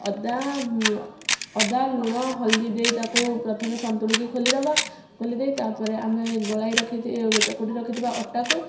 ଅଦା ଅଦା ଲୁଣ ହଳଦୀ ଦେଇ ତାକୁ ପ୍ରଥମେ ସନ୍ତୁଳିକି ଖୋଲିଦେବା ଖୋଲିଦେଇ ତା'ପରେ ଆମେ ଗୋଳାଇ ରଖି ଚକୁଟି ରଖିଥିବା ଅଟାକୁ